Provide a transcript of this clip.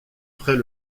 près